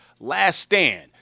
laststand